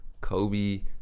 Kobe